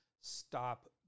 stop